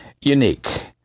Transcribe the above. unique